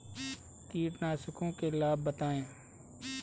कीटनाशकों के लाभ बताएँ?